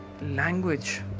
Language